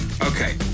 Okay